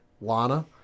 lana